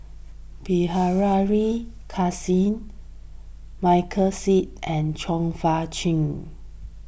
Bilahari Kausikan Michael Seet and Chong Fah Cheong